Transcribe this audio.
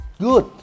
good